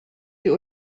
die